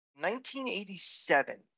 1987